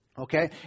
Okay